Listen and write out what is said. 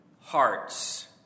hearts